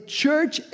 church